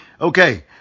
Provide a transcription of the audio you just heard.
Okay